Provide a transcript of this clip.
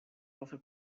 also